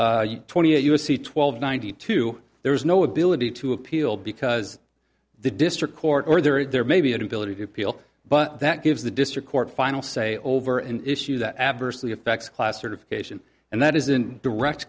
twenty eight u s c twelve ninety two there is no ability to appeal because the district court or there may be an ability to appeal but that gives the district court final say over an issue that adversely affects class certification and that is in direct